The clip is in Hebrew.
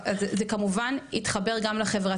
אני פותחת בסיפור הכלכלי אבל זה כמובן יתחבר גם לחברתי,